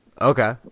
Okay